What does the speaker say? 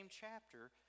chapter